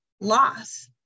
loss